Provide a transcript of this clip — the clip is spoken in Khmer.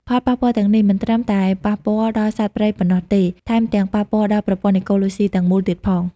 ផលប៉ះពាល់ទាំងនេះមិនត្រឹមតែប៉ះពាល់ដល់សត្វព្រៃប៉ុណ្ណោះទេ ថែមទាំងប៉ះពាល់ដល់ ប្រព័ន្ធអេកូឡូស៊ីទាំងមូល ទៀតផង។